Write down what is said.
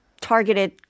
targeted